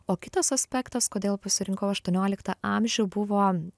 o kitas aspektas kodėl pasirinkau aštuonioliktą amžių buvo